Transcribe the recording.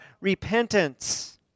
repentance